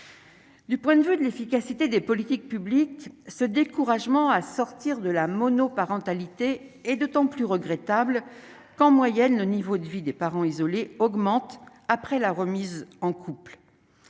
Du point de vue de l'efficacité des politiques publiques ce découragement à sortir de la monoparentalité est d'autant plus regrettable qu'en moyenne le niveau de vie des parents isolés augmente après la remise en couple,